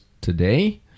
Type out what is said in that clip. today